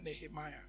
Nehemiah